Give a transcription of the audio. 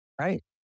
right